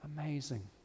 amazing